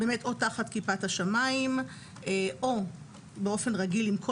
או תחת כיפת השמים או באופן רגיל אם כל